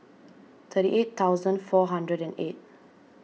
thirty eight thousand four hundred and eight